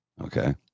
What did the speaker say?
Okay